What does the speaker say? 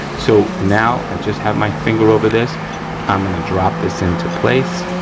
so now i just have my finger over this i'm gonna drop this into place,